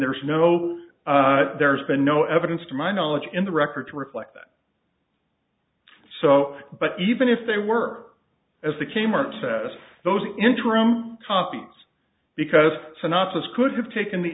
there's no there's been no evidence to my knowledge in the record to reflect that so but even if they were as the kmart says those interim copies because synopses could have taken the